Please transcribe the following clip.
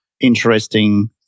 interesting